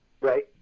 Right